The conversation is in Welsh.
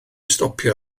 stopio